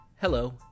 Hello